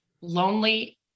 lonely